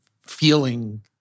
feeling